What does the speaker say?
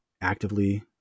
actively